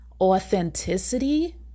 authenticity